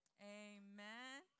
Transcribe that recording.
Amen